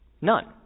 None